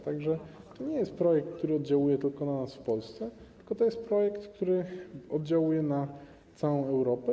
Tak że to nie jest projekt, który oddziałuje tylko na nas w Polsce, tylko to jest projekt, który oddziałuje na całą Europę.